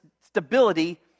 stability